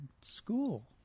school